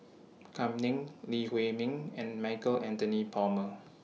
Kam Ning Lee Huei Min and Michael Anthony Palmer